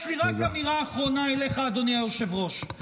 יש לי רק אמירה אחרונה אליך, אדוני היושב-ראש.